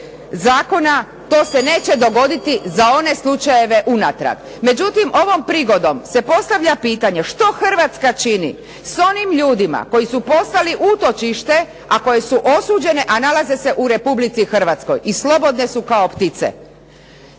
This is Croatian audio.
zakona to se neće dogoditi za one slučajeve unatrag. Međutim, ovom prigodom se postavlja pitanje što Hrvatska čini s onim ljudima koje su poslali u utočište a koje su osuđene a nalaze se u Republici Hrvatskoj i slobodne su kao ptice.